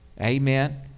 Amen